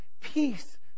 Peace